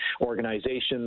organizations